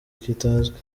kitazwi